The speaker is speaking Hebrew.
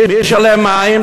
מי ישלם על מים?